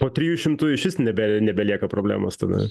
po trijų šimtų išvis nebe nebelieka problemos tada